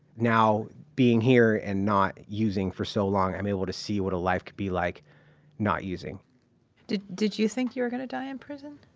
now, being here and not using for so long i'm able to see what life can be like not using did, did you think you were gonna die in prison?